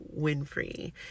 Winfrey